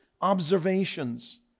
observations